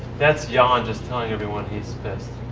that's jan just telling everyone he's pissed.